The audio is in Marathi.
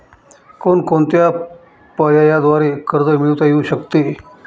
कोणकोणत्या पर्यायांद्वारे कर्ज मिळविता येऊ शकते?